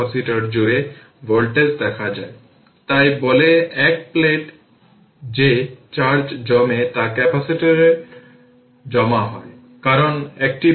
এখন q t এর প্লটটি দেখানো হয়েছে q t এর প্লটটি q t v t micro কুলম্বের মত হবে